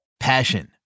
Passion